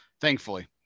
thankfully